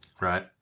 Right